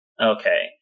Okay